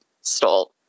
stole